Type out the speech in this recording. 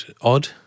odd